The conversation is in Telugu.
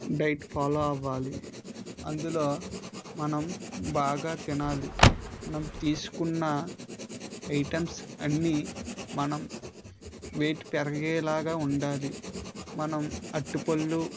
డైట్ ఫాలో అవ్వాలి అందులో మనం బాగా తినాలి మనం తీసుకున్న ఐటమ్స్ అన్నీ మనం వెయిట్ పెరిగేలాగా ఉండాలి మనం అరటి పళ్ళు